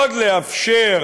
עוד לאפשר